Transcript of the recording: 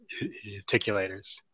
articulators